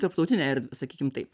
tarptautinę erdvę sakykim taip